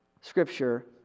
Scripture